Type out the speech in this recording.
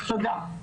תודה.